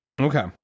Okay